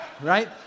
Right